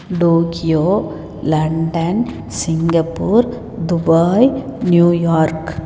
Tokyo London Singapore Dubai New York